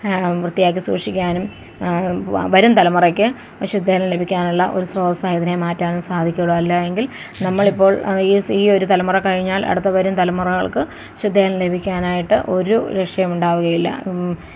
വൃത്തിയാക്കി സൂക്ഷിക്കാനും വരുംതലമുറയ്ക്ക് ശുദ്ധജലം ലഭിക്കാനുള്ള ഒരു സ്രോതസ്സായിതിനെ മാറ്റാനും സാധിക്കുകയുള്ളു അല്ലായെങ്കിൽ നമ്മളിപ്പോൾ ഈ സി ഈ ഒരു തലമുറ കഴിഞ്ഞാൽ അടുത്ത വരുംതലമുറകൾക്ക് ശുദ്ധജലം ലഭിക്കാനായിട്ട് ഒരു രക്ഷയുമുണ്ടാവുകയില്ല